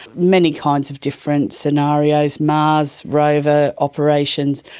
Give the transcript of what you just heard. many kinds of different scenarios, mars rover operations.